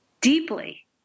deeply